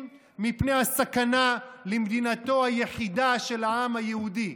מפני הסכנה למדינתו היחידה של העם היהודי,